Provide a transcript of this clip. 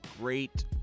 great